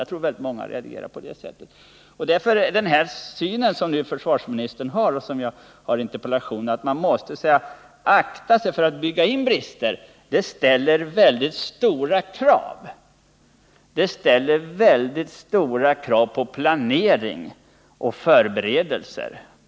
Jag tror att många agerar på det Den syn som försvarsministern har och som jag har givit uttryck för i interpellationen, att man måste akta sig för att bygga in brister, ställer stora krav på planering och förberedelser.